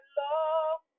love